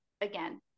again